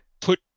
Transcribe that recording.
put